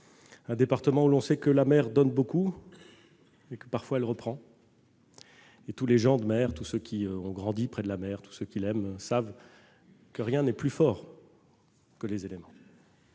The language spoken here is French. un département où l'on sait que la mer donne beaucoup et reprend parfois. Tous les gens de mer, tous ceux qui ont grandi près de la mer, tous ceux qui l'aiment savent que rien n'est plus fort que les éléments.